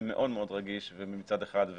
מאוד מאוד רגיש מצד אחד,